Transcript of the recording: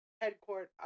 headquarters